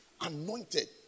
anointed